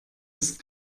ist